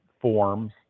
forms